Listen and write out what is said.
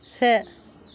से